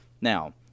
Now